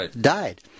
died